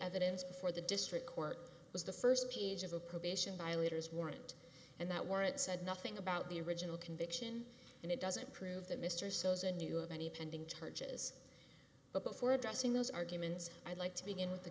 evidence before the district court was the first page of a probation violators warrant and that warrant said nothing about the original conviction and it doesn't prove that mr sosa knew of any pending charges but before addressing those arguments i'd like to begin with the